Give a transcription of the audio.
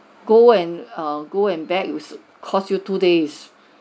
go and err go and back will cost you two days